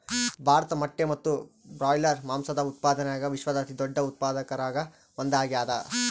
ಭಾರತ ಮೊಟ್ಟೆ ಮತ್ತು ಬ್ರಾಯ್ಲರ್ ಮಾಂಸದ ಉತ್ಪಾದನ್ಯಾಗ ವಿಶ್ವದ ಅತಿದೊಡ್ಡ ಉತ್ಪಾದಕರಾಗ ಒಂದಾಗ್ಯಾದ